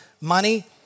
money